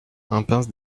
impasse